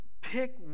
pick